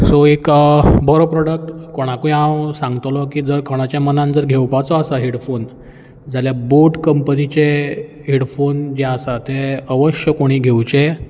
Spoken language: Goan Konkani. सो एक बरो प्रॉडक्ट कोणाकूय हांव सांगतलो की जर कोणाच्या मनान जर घेवपाचो आसा हेडफोन जाल्यार बोट कंपनीचे हेडफोन आसात ते अवश्य कोणीय घेवचे